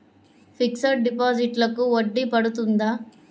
Fixed డిపాజిట్లకు వడ్డీ పడుతుందా?